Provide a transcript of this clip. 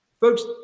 Folks